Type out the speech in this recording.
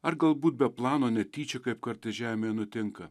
ar galbūt be plano netyčia kaip kartais žemėje nutinka